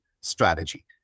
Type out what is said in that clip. strategy